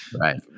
Right